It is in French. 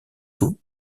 tout